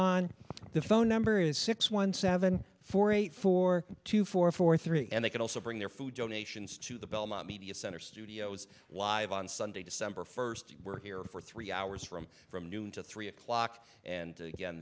on the phone number is six one seven four eight four two four four three and they can also bring their food donations to the belmont media center studios live on sunday december first we're here for three hours from from noon to three o'clock